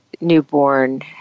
newborn